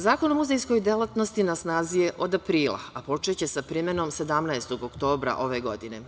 Zakon o muzejskoj delatnosti na snazi je od aprila, a počeće sa primenom 17. oktobra ove godine.